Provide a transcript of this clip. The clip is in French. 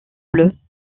bleues